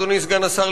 אדוני סגן השר,